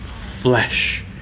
flesh